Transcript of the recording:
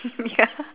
ya